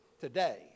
today